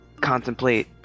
contemplate